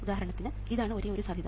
ഉദാഹരണത്തിന് ഇതാണ് ഒരേയൊരു സാധ്യത